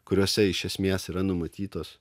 kuriuose iš esmės yra numatytos